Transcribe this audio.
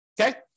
Okay